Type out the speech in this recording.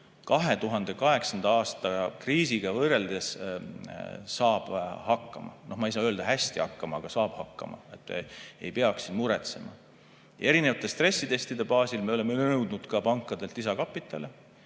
2008. aasta kriisiga võrreldes saab hakkama. No ma ei saa öelda, et hästi hakkama, aga saab hakkama. Ei peaks muretsema. Erinevate stressitestide baasil me oleme nõudnud ka pankadelt lisakapitali.